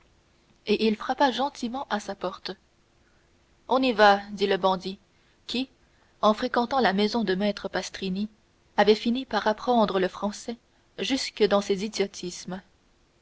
et il frappa gentiment à sa porte on y va dit le bandit qui en fréquentant la maison de maître pastrini avait fini par apprendre le français jusque dans ses idiotismes